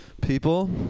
People